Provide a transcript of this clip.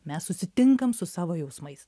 mes susitinkam su savo jausmais